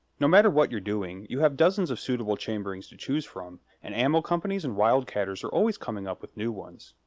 no matter what you're doing, you have dozens of suitable chamberings to chose from, and ammo companies and wildcatters are always coming up with new ones.